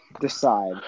decide